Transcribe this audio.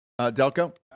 delco